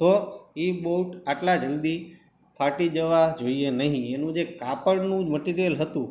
તો એ બૂટ આટલાં જલ્દી ફાટી જવા જોઈએ નહિ એનું જે કાપડનું મટિરિયલ હતું